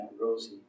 Rosie